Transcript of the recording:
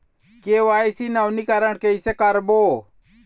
KYC नवीनीकरण कैसे करबो?